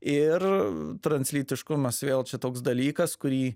ir translytiškumas vėl čia toks dalykas kurį